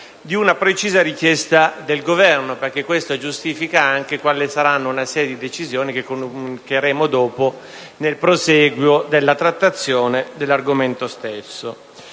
di una precisa richiesta del Governo, che giustifica anche una serie di decisioni che valuteremo dopo nel prosieguo della trattazione dell'argomento stesso.